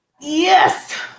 Yes